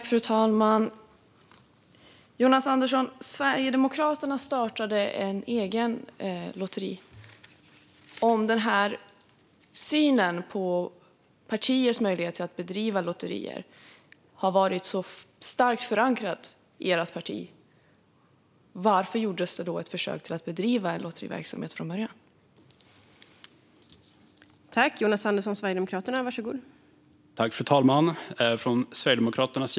Fru talman och Jonas Andersson! Sverigedemokraterna försökte starta ett eget lotteri. Om den här synen på partiers möjlighet att bedriva lotterier har varit så starkt förankrad i ert parti, varför gjordes det då ett försök att bedriva lotteriverksamhet från början?